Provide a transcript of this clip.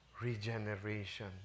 regeneration